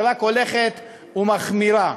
שרק הולכת ומחמירה.